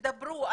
תדברו,